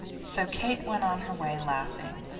so kate went on her way laughing,